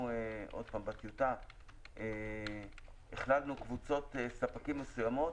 עוד פעם בטיוטה קבוצות ספקים מסוימות,